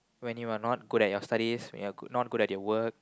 when you are not good at your studies when you are good not good at your work